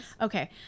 Okay